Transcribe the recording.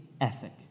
ethic